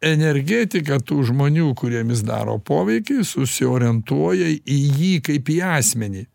energetika tų žmonių kuriem jis daro poveikį susiorientuoja į jį kaip į asmenį